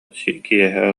киэһэ